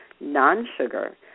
non-sugar